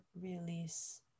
release